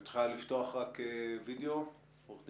את יכולה לפתוח רק וידאו, עורכת